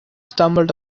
stumbled